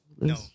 No